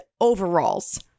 overalls